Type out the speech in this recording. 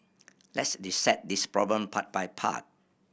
let's dissect this problem part by part